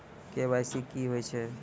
KYC की होय छै?